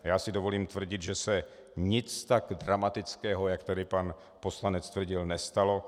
Já si dovolím tvrdit, že se nic tak dramatického, jak tady pan poslanec tvrdil, nestalo.